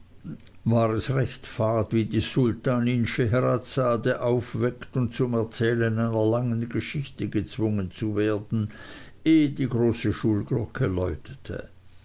war es recht fad wie die sultanin scheherazade aufgeweckt und zum erzählen einer langen geschichte gezwungen zu werden ehe die große schulglocke läutete